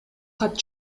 кат